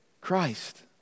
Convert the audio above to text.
Christ